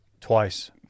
Twice